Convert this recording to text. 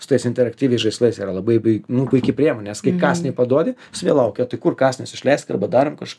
su tais interaktyviais žaislais yra labai nu puiki priemonė kaip kąsnį paduodi jis vėl laukia tai kur kąsnis išleisk arba darom kažką